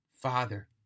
Father